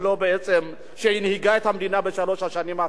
שהנהיגה את המדינה בשלוש השנים האחרונות: האמת היא,